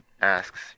asks